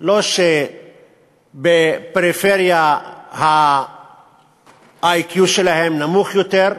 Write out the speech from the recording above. לא שבפריפריה ה-IQ שלהם נמוך יותר,